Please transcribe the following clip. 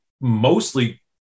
mostly